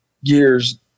years